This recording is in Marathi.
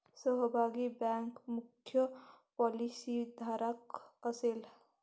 सहभागी बँक मुख्य पॉलिसीधारक असेल